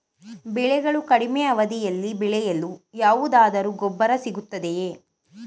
ಬೆಳೆಗಳು ಕಡಿಮೆ ಅವಧಿಯಲ್ಲಿ ಬೆಳೆಯಲು ಯಾವುದಾದರು ಗೊಬ್ಬರ ಸಿಗುತ್ತದೆಯೇ?